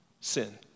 sin